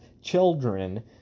children